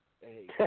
hey